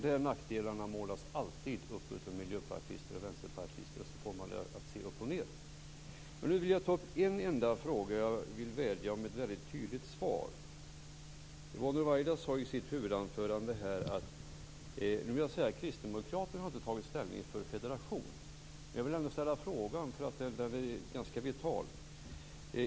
Dessa nackdelar målas alltid upp av miljöpartister och vänsterpartister så att man ser dem upp och ned. Jag vill ta upp en enda fråga, och jag vill vädja om ett mycket tydligt svar. Kristdemokraterna har inte tagit ställning för en federation, men jag vill ändå ställa frågan eftersom den är ganska vital.